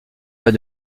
pas